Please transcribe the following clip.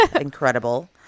Incredible